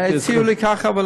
הציעו לי ככה,